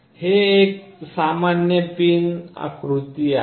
हे एक सामान्य पिन आकृती आहे